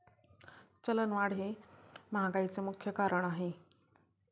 चलनवाढ हे महागाईचे मुख्य कारण आहे